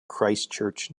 christchurch